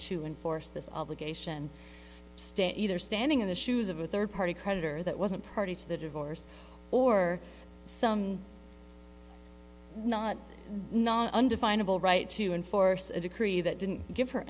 to enforce this obligation state either standing in the shoes of a third party creditor that wasn't party to the divorce or some not undefinable right to enforce a decree that didn't give her